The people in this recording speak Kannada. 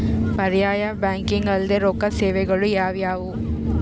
ಪರ್ಯಾಯ ಬ್ಯಾಂಕಿಂಗ್ ಅಲ್ದೇ ರೊಕ್ಕ ಸೇವೆಗಳು ಯಾವ್ಯಾವು?